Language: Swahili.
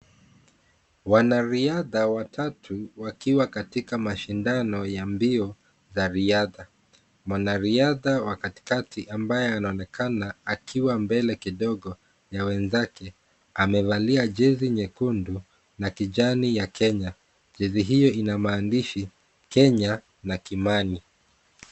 Wanariadha watatu wakiwa katika mashindano ya mbio za riadha. Mwanariadha wa katikati ambaye anaonekana akiwa mbele kidogo ya wenzake amevalia jezi nyekundu na kijani ya Kenya. Jezi hiyo ina maandishi Kenya na Kimani.